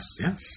yes